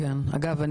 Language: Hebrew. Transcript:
אגב,